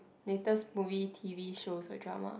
latest movie t_v shows or drama